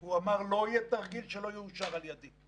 הוא אמר, לא יהיה תרגיל שלא יאושר על ידי.